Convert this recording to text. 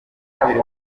wakabiri